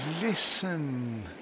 listen